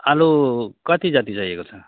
आलु कति जति चाहिएको छ